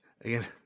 again